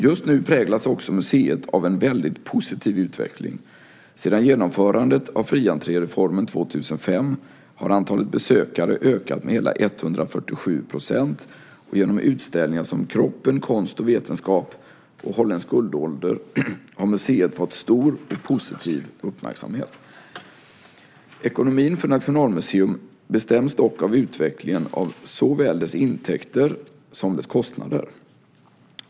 Just nu präglas också museet av en väldigt positiv utveckling. Sedan genomförandet av fri-entré-reformen år 2005 har antalet besökare ökat med hela 147 %, och genom utställningar som Kroppen, konst och vetenskap och Holländsk guldålder har museet fått stor och positiv uppmärksamhet. Ekonomin för Nationalmuseum bestäms dock av utvecklingen av såväl dess intäkter som dess kostnader.